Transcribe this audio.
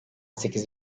sekiz